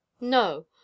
No